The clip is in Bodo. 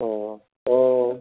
अ औ